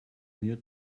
near